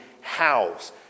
house